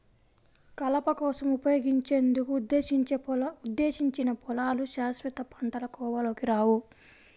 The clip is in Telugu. కలప కోసం ఉపయోగించేందుకు ఉద్దేశించిన పొలాలు శాశ్వత పంటల కోవలోకి రావు